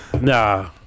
nah